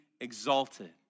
exalted